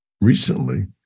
recently